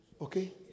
okay